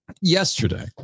yesterday